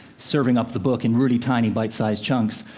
serving up the book in really tiny bite-size chunks.